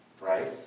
right